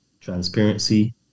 transparency